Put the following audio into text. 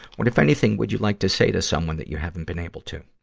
what, if anything, would you like to say to someone that you haven't been able to?